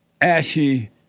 ashy